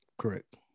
Correct